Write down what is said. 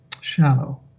shallow